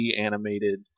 animated